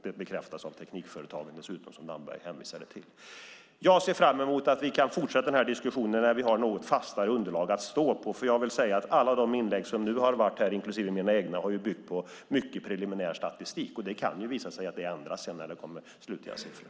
Det bekräftas dessutom av teknikföretagen, som Damberg hänvisade till. Jag ser fram emot att vi kan fortsätta den här diskussionen när vi har något fastare underlag att stå på. Alla inlägg här, inklusive mina egna, har byggt på mycket preliminär statistik, och det kan visa sig att det ändras när det kommer slutliga siffror.